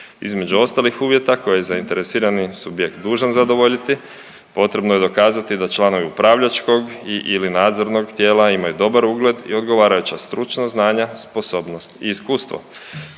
Između ostalih uvjeta koji je zainteresirani subjekt dužan zadovoljit potrebno je dokazati da članovi upravljačkog i/ili nadzornog tijela imaju dobar ugled i odgovarajuća stručna znanja, sposobnost i iskustvo.